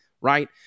right